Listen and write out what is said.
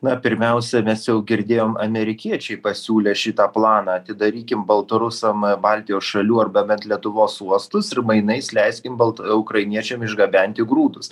na pirmiausia mes jau girdėjom amerikiečiai pasiūlė šitą planą atidarykim baltarusam baltijos šalių arba bent lietuvos uostus ir mainais leiskim balta ukrainiečiam išgabenti grūdus